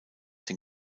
den